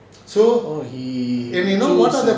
oh he choose